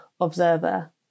observer